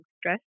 stress